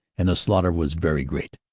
and the slaughter was very great.